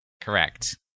correct